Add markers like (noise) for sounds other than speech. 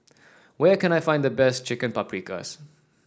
(noise) where can I find the best Chicken Paprikas